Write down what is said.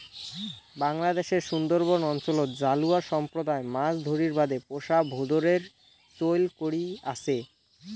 বাংলাদ্যাশের সুন্দরবন অঞ্চলত জালুয়া সম্প্রদায় মাছ ধরির বাদে পোষা ভোঁদরের চৈল করি আচে